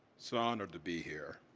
so honored to be here.